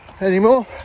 anymore